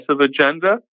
agenda